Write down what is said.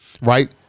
right